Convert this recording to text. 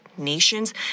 nations